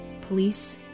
police